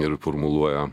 ir formuluoja